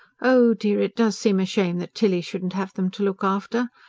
oh, dear! it does seem a shame that tilly shouldn't have them to look after.